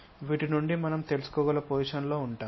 వీటి నుండి మనం తెలుసుకోగల పొజిషన్ లో ఉంటాము